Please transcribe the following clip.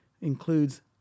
includes